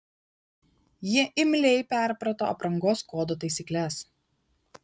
ji imliai perprato aprangos kodo taisykles